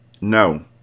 No